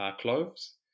cloves